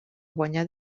guanyar